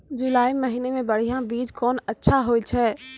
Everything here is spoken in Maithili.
जुलाई महीने मे बढ़िया बीज कौन अच्छा होय छै?